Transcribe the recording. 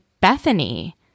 Bethany